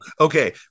okay